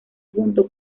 junto